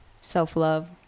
self-love